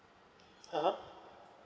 (uh huh)